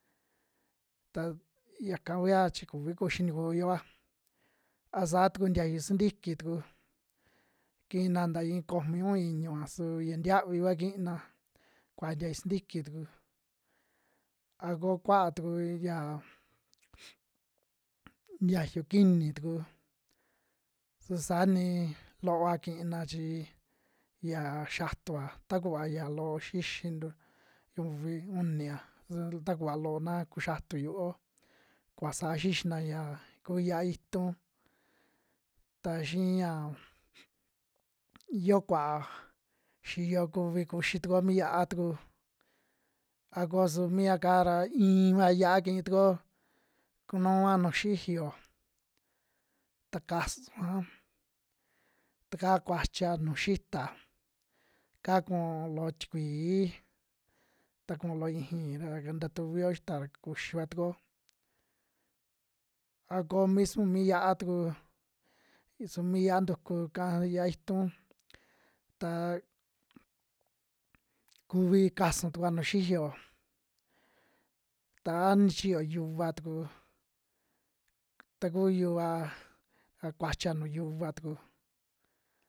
Ta yaka kuya chi kuvi kuxi ntikuyoa, a saa tuku ntiayu sintiki tuku kiina nta ii komi, u'un, iñu'a su ya ntiavi vua kiina, kua'a ntayu sintiki tuku a ko kuaa tuku ya ntiayu kiini tuku su saa ni looa kina chi ya xiatua ta kuva ya loo xixintu uvi, uni'a su takuva loo na ku xiatu yu'uo kuva saa xixina ya kuu yia'a itun, ta xii ya yio kuaa xiyo kuvi kuxi tukuo mi yia'a tuku, a ko su mia'ka ra iin va yia'a kii tukuo kunua nuu xiyo ta kasua, taka kuachia nuju xita ka ku'u loo tikuii, ta ku'u loo iixi ra nta tuvio xita ra kuxiva tuku'o, a ko mismo mi yia'a tuku su mi yi'a ntuku'ka yia'a itu, ta kuvi kasu tukua nuju xiyo, ta a ni chiyo yuva tuku, taku yuva a kuachia nuu yuva tuku.